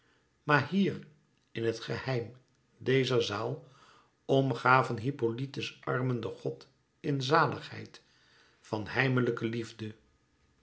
maar hier in het geheim dezer zaal omgaven hippolyte's armen den god in zaligheid van heimlijke liefde